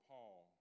Paul